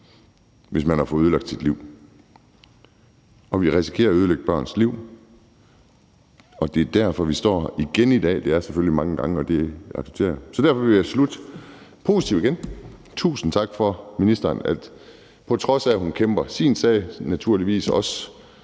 hvis man har fået ødelagt sit liv, og vi risikerer at ødelægge børns liv, og det er derfor, vi står her igen i dag, og det er selvfølgelig mange gange, og det accepterer jeg. Så derfor vil jeg slutte positivt af igen og sige tusind tak til ministeren, som, på trods af at hun kæmper sin sag, naturligvis også